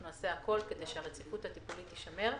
נעשה הכול כדי שהרציפות הטיפולית תישמר.